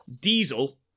Diesel